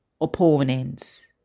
opponents